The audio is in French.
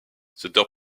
center